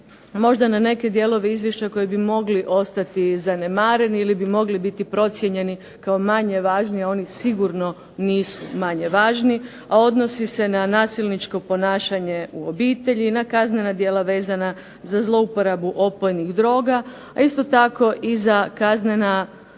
možda na neke dijelove Izvješća koji bi mogli ostati zanemareni ili bi mogli biti procijenjeni kao manje važni, a oni sigurno nisu manje važni a oni sigurno nisu manje važni, a odnosi se na nasilničko ponašanje u obitelji, na kaznena djela vezana za zlouporabu opojnih droga, a isto tako i za kaznena